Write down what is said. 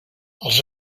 els